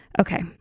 Okay